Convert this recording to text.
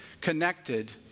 connected